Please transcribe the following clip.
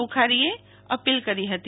બુખારી એ અપીલ કરી હતી